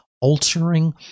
altering